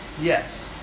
Yes